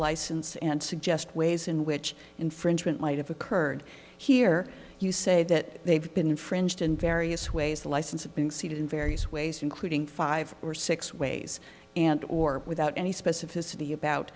license and suggest ways in which infringement might have occurred here you say that they've been infringed in various ways the license of being seated in various ways including five or six ways and or without any specificity about